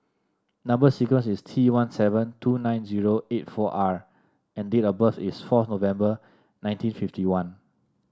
number sequence is T one seven two nine zero eight four R and date of birth is fourth November nineteen fifty one